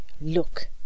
look